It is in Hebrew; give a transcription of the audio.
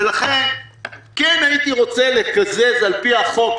ולכן כן הייתי רוצה לקזז על פי החוק,